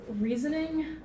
reasoning